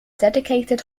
dedicated